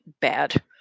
bad